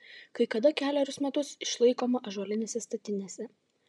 kai kada kelerius metus išlaikoma ąžuolinėse statinėse